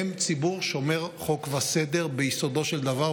הם ציבור שומר חוק וסדר ביסודו של דבר,